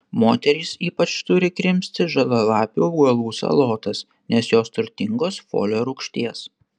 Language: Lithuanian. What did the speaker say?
moterys ypač turi krimsti žalialapių augalų salotas nes jos turtingos folio rūgšties